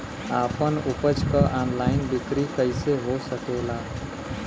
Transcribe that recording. आपन उपज क ऑनलाइन बिक्री कइसे हो सकेला?